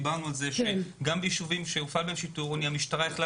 דברנו על זה שבישובים שהופעל בהם שיטור עירוני המשטרה יכלה